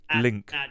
link